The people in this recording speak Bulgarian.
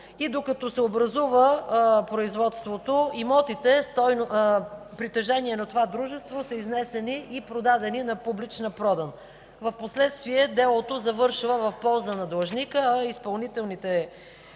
и докато се образува производството имотите, притежание на това дружество, са изнесени и продадени на публична продан. Впоследствие делото завършва в полза на длъжника, а изпълнителните